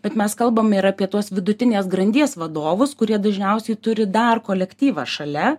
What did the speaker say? bet mes kalbam ir apie tuos vidutinės grandies vadovus kurie dažniausiai turi dar kolektyvą šalia